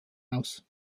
aus